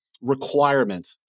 requirement